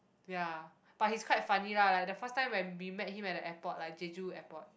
ya but he's quite funny lah like the first time when we met him at the airport like jeju airport